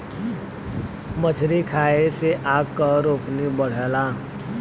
मछरी खाये से आँख के रोशनी बढ़ला